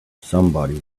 somebody